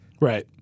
Right